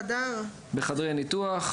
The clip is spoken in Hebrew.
בחדרי ניתוח,